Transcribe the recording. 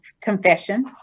confession